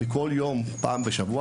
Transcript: שהם עדיין בקשר של שלוש או ארבע פעמים בשבוע